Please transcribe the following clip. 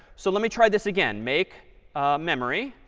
so let me try this again. make memory,